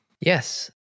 Yes